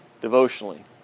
devotionally